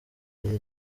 gihe